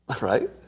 right